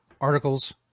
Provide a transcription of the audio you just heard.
Articles